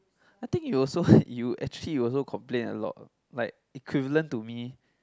I think you also you actually you also complain a lot like equivalent to me